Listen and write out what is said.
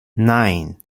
nine